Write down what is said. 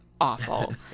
awful